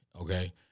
okay